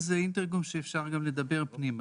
אינטרקום זה אינטרקום שאפשר גם לדבר פנימה.